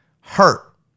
hurt